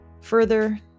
Further